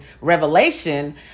revelation